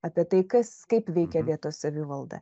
apie tai kas kaip veikia vietos savivalda